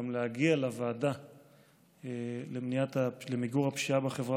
גם להגיע לוועדה למיגור הפשיעה בחברה